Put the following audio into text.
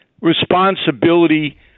responsibility